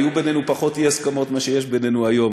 היו בינינו פחות אי-הסכמות ממה שיש בינינו היום,